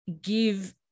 give